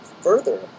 further